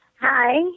Hi